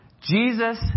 Jesus